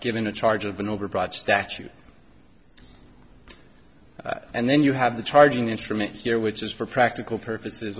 given a charge of an overbroad statute and then you have the charging instrument here which is for practical purposes